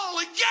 again